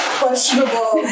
questionable